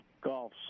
Golf